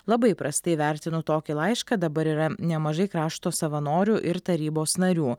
labai prastai vertinu tokį laišką dabar yra nemažai krašto savanorių ir tarybos narių